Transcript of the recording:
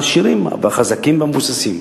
העשירים והחזקים והמבוססים.